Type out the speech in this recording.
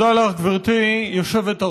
תודה לך, גברתי היושבת-ראש.